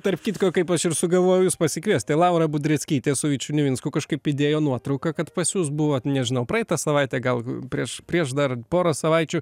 tarp kitko kaip aš ir sugalvojau jus pasikviest tai laura budreckytė su vyčiu nivinsku kažkaip įdėjo nuotrauką kad pas jus buvot nežinau praeitą savaitę gal prieš prieš dar porą savaičių